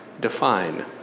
define